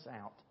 out